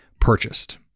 purchased